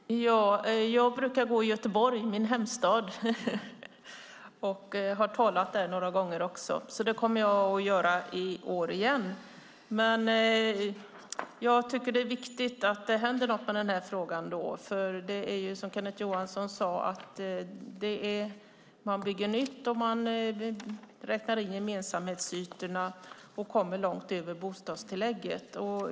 Herr talman! Jag brukar gå i Göteborg, min hemstad - jag har talat där några gånger också. Det kommer jag att göra i år igen. Men jag tycker att det är viktigt att det händer något med den här frågan. Som Kenneth Johansson sade byggs det nytt. Man räknar in gemensamhetsytorna och kommer då långt över bostadstillägget.